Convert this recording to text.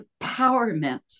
empowerment